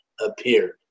appeared